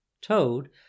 Toad